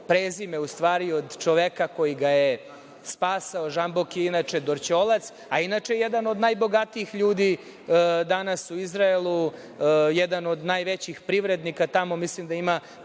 prezime od čoveka koji ga je spasao. Žamboki je inače Dorćolac, a inače je jedan od najbogatijih ljudi danas u Izraelu, jedan od najvećih privrednika tamo. Mislim da ima